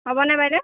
হ'বনে বাইদেউ